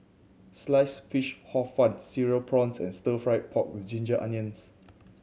Sliced Fish Hor Fun Cereal Prawns and Stir Fried Pork With Ginger Onions